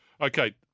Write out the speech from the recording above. Okay